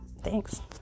Thanks